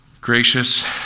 Gracious